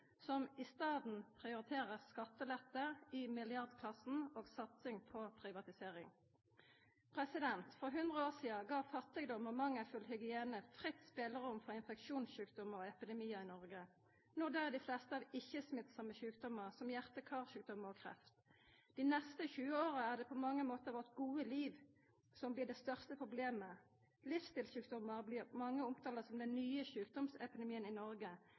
som i staden prioriterer skattelette i milliardklassen og satsing på privatisering. For 100 år sidan gav fattigdom og mangelfull hygiene fritt spelerom for infeksjonssjukdomar og epidemiar i Noreg. No døyr dei fleste av ikkje-smittsame sjukdommar, som hjarte- og karsjukdomar og kreft. Dei neste 20 åra er det på mange måtar vårt gode liv som blir det største problemet. Livsstilssjukdomar blir av mange omtala som den nye sjukdomsepidemien i Noreg.